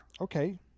Okay